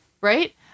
Right